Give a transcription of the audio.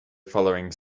following